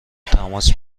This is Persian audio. تماس